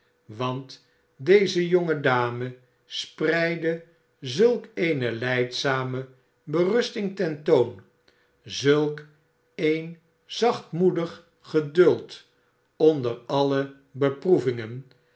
want deze jonge dame spreidde zulk eene lijdzame berusting ten toon zulk een zachtmoedig geduld onder alle beproevingen